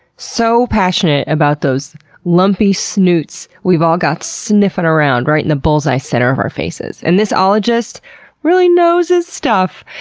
so passionate, about those lumpy snoots we've all got sniffin' around right in the bullseye center of our faces. and this ologist really nose his stuff.